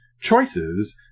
choices